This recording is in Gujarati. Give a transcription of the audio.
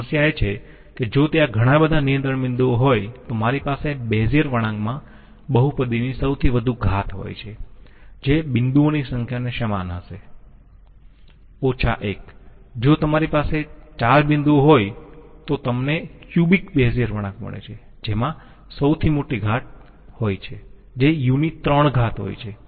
સમસ્યા એ છે કે જો ત્યાં ઘણા બધા નિયંત્રણ બિંદુઓ હોય તો મારી પાસે બેઝીઅર વળાંકમાં બહુપદીની સૌથી વધુ ઘાત હોય છે જે બિંદુઓની સંખ્યાને સમાન હશે 1 જો તમારી પાસે 4 બિંદુઓ હોય તો તમને ક્યુબિક બેઝિયર વળાંક મળે છે જેમાં સૌથી મોટી ઘાત હોય છે જે u ની 3 ઘાત હોય છે